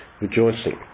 rejoicing